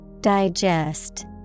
Digest